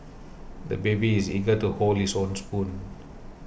the baby is eager to hold his own spoon